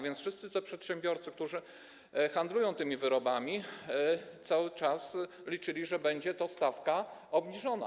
Wszyscy przedsiębiorcy, którzy handlują tymi wyrobami, cały czas liczyli, że będzie to stawka obniżona.